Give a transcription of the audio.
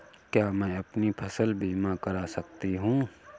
क्या मैं अपनी फसल बीमा करा सकती हूँ?